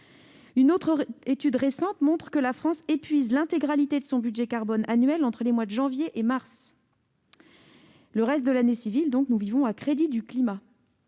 Une autre étude récente montre que la France épuise l'intégralité de son budget carbone annuel entre les mois de janvier et de mars. Le reste de l'année civile, nous vivons à crédit sur le climat.